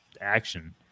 action